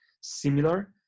similar